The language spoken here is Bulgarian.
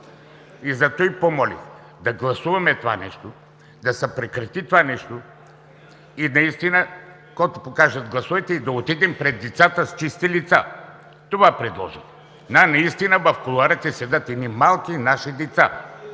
Затова помолих да гласуваме да се прекрати това нещо и каквото покажат гласовете, и да отидем пред децата с чисти лица. Това предложих. Наистина в кулоарите седят едни малки наши деца